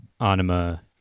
anima